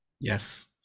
yes